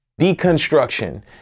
Deconstruction